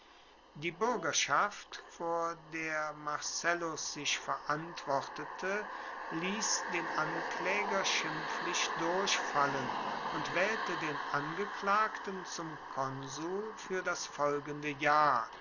die buergerschaft vor der marcellus sich verantwortete liess den anklaeger schimpflich durchfallen und waehlte den angeklagten zum konsul fuer das folgende jahr